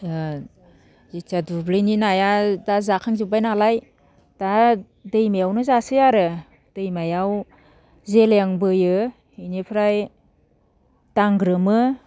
जेथिया दुब्लिनि नाया दा जाखां जोबबाय नालाय दा दैमायावनो जासै आरो दैमायाव जेलें बोयो बेनिफ्राय दांग्रोमो